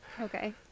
okay